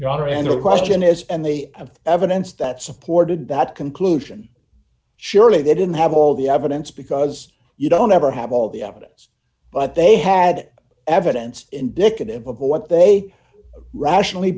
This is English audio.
the question is and they have evidence that supported that conclusion surely they didn't have all the evidence because you don't ever have all the evidence but they had evidence indicative of what they rationally